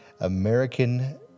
American